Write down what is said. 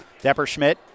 Depperschmidt